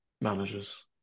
managers